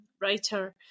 writer